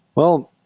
well,